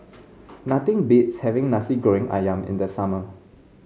nothing beats having Nasi Goreng ayam in the summer